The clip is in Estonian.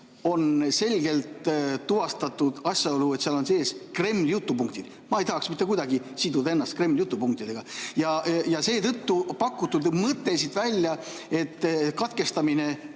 on selgelt tuvastatud asjaolu, et seal on sees Kremli jutupunktid. Ma ei tahaks mitte kuidagi siduda ennast Kremli jutupunktidega ja seetõttu see väljapakutud mõte, et katkestamine